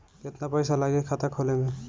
केतना पइसा लागी खाता खोले में?